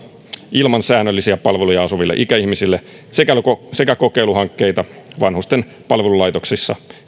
ilman säännöllisiä palveluja asuville ikäihmisille sekä kokeiluhankkeita vanhusten palvelulaitoksissa